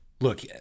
Look